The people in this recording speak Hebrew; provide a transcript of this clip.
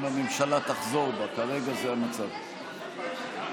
אבל בסוף שואלים האם יש מי שלא, כבר היינו גם